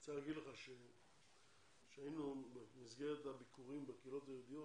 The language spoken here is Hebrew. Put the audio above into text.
אני רוצה לומר לך שכשהיינו במסגרת הביקורים בקהילות היהודיות,